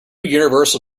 universal